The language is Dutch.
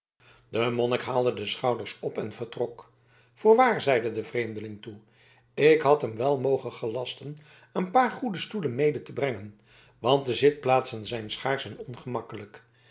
de monnik haalde de schouders op en vertrok voorwaar zeide de vreemdeling toen ik had hem wel mogen gelasten een paar goede stoelen mede te brengen want de zitplaatsen zijn schaarsch en ongemakkelijk